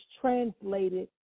translated